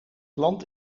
land